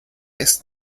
ist